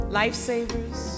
lifesavers